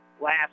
last